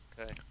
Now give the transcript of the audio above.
Okay